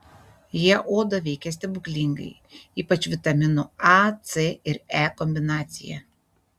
jie odą veikia stebuklingai ypač vitaminų a c ir e kombinacija